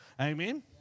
Amen